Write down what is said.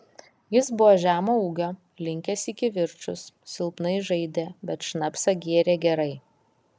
jis buvo žemo ūgio linkęs į kivirčus silpnai žaidė bet šnapsą gėrė gerai